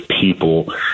people